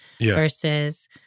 versus